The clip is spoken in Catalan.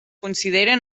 considere